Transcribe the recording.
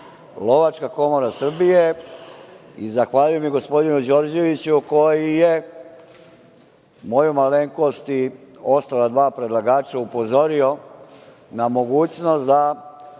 Lovačka komora Srbije i zahvalio bih gospodinu Đorđeviću koji je moju malenkost i ostala dva predlagača upozorio na mogućnost da,